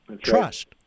trust